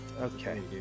Okay